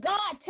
God